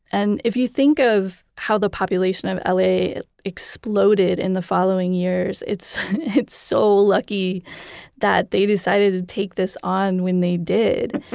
and if you think of how the population of ah la exploded in the following years, it's it's so lucky that they decided to take this on when they did.